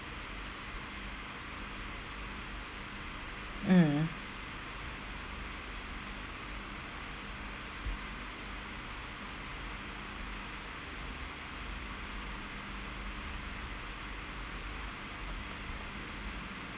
mm